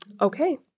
okay